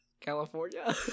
California